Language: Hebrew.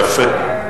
יפה.